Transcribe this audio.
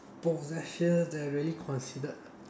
possessions that really considered